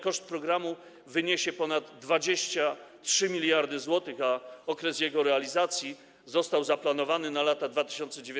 Koszt programu wyniesie ponad 23 mld zł, a okres jego realizacji został zaplanowany na lata 2019–2023.